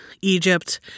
Egypt